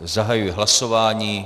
Zahajuji hlasování.